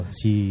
si